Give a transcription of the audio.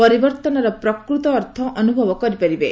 ପରିବର୍ତ୍ତନର ପ୍ରକୃତ ଅର୍ଥ ଅନୁଭବ କରିପାରିବେ